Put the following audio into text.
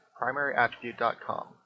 primaryattribute.com